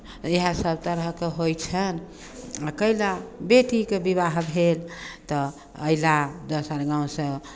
इएहसभ तरहके होइ छनि आ कयला बेटीके विवाह भेल तऽ अयला दोसर गाँवसँ